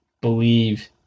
believe